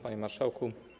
Panie Marszałku!